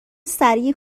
سریع